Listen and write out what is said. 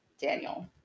Daniel